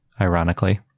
ironically